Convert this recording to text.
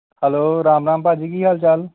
hello Ram Ram ਭਾਅ ਜੀ ਕੀ ਹਾਲ ਚਾਲ